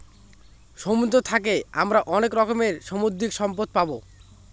সমুদ্র থাকে আমরা অনেক রকমের সামুদ্রিক সম্পদ পাবো